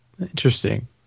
Interesting